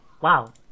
Wow